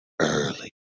early